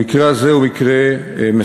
המקרה הזה הוא מקרה מסוים,